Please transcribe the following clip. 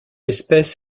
espèce